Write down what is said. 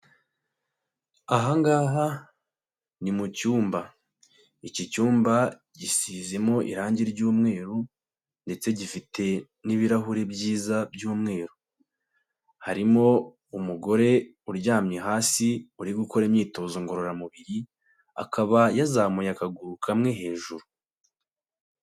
Aha ngaha ni mu cyumba. Iki cyumba gisizemo irangi ry'umweru ndetse gifite n'ibirahuri byiza by'umweru. Harimo umugore uryamye hasi uri gukora imyitozo ngororamubiri, akaba yazamuye akaguru kamwe hejuru.